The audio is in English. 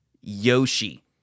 yoshi